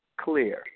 clear